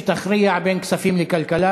שתכריע בין כספים לכלכלה.